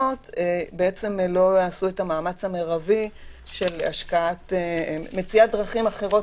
בעצם לא יעשו את המאמץ המרבי של מציאת דרכים אחרות